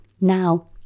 Now